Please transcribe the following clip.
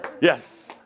Yes